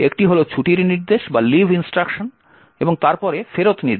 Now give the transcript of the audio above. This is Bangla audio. একটি হল ছুটির নির্দেশ এবং তারপরে ফেরত নির্দেশ